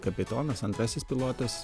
kapitonas antrasis pilotas